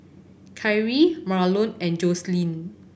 Kyrie Marlon and Jocelyn